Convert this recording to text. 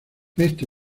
esto